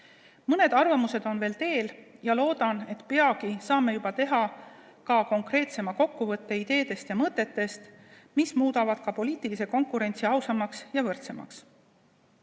Mõned arvamused on veel teel ja loodan, et peagi saame teha konkreetsema kokkuvõtte ideedest ja mõtetest, mis muudavad poliitilise konkurentsi ausamaks ja võrdsemaks.